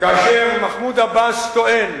מחמוד עבאס טוען